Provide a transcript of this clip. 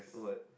ah what